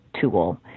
tool